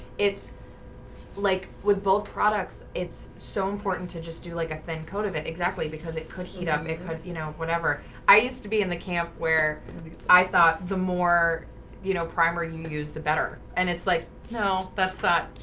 it's like with both products it's so important to just do like a thin coat of it exactly because it could heat up it could you know whatever i used to be in the camp where i thought the more you know primer you use the better and it's like no that's that.